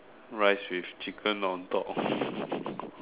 rice with chicken on top